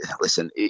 listen